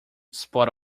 spot